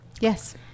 Yes